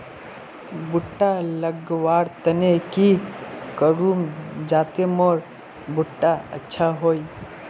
भुट्टा लगवार तने की करूम जाते मोर भुट्टा अच्छा हाई?